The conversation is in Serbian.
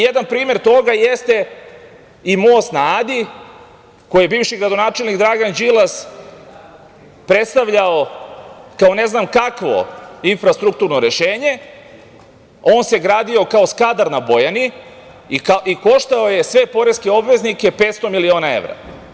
Jedan primer toga jeste i most na Adi, koji je bivši gradonačelnik Dragan Đilas predstavljao kao ne znam kakvo infrastrukturno rešenje, on se gradio kao Skadar na Bojani i koštao je sve poreske obveznike 500 miliona evra.